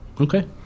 okay